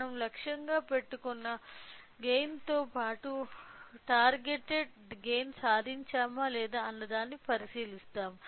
మనం లక్ష్యంగా పెట్టుకున్న గైన్ తో పాటు టార్గెటెడ్ గైన్ సాధించామా లేదా అనేదానిని పరిశీలిస్తాము